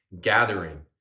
gathering